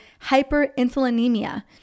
hyperinsulinemia